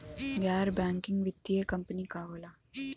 गैर बैकिंग वित्तीय कंपनी का होला?